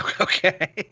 Okay